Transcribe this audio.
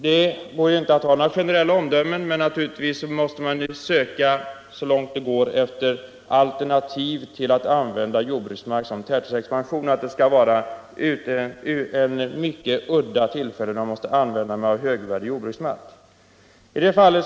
Det går inte att komma med några generella omdömen, men naturligtvis måste man så långt det går söka efter alternativ till att använda högvärdig jordbruksmark för tätortsexpansion. Det skall vara vid mycket udda tillfällen som man tar jordbruksmark i anspråk för det.